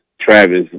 Travis